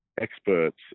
experts